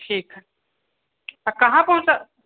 ठीक हइ तऽ कहाँ पहुँचऽ